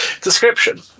description